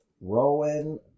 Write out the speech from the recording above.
Rowan